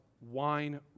wine